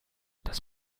das